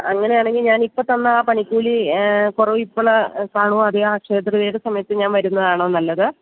അങ്ങനെയാണെങ്കിൽ ഞാൻ ഇപ്പോൾ തന്നാൽ പണിക്കൂലി കുറവ് ഇപ്പോൾ കാണോ അതെയാ അക്ഷയ തൃതീയയുടെ സമയത്ത് ഞാൻ വരുന്നതാണോ നല്ലത്